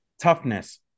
Toughness